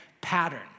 pattern